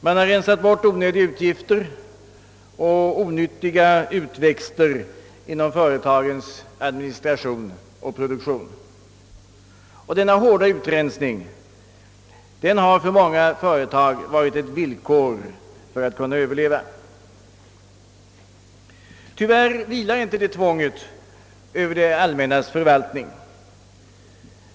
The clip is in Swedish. Man har rensat bort onödiga utgifter och onödiga utväxter inom företagens administration och produktion. Denna hårda utrensning har för många företag varit ett villkor för att kunna överleva. Tyvärr vilar inte det tvånget på det allmännas förvaltning.